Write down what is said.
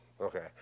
okay